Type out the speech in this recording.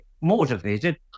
motivated